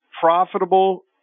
profitable